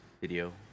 video